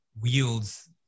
wields